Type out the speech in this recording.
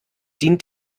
dient